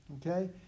okay